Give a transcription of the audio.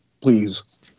Please